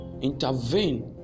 intervene